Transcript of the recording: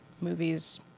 movies